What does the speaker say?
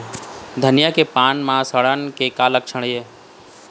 धनिया के पान म सड़न के का लक्षण ये?